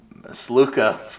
Sluka